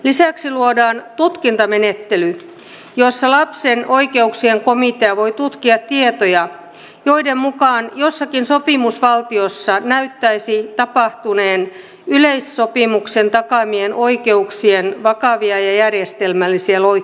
lisäksi luodaan tutkintamenettely jossa lapsen oikeuksien komitea voi tutkia tietoja joiden mukaan jossakin sopimusvaltiossa näyttäisi tapahtuneen yleissopimuksen takaamien oikeuksien vakavia ja järjestelmällisiä loukkauksia